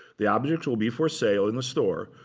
the objects will be for sale in the store.